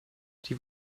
die